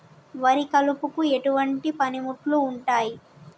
వరి కలుపుకు ఎటువంటి పనిముట్లు ఉంటాయి?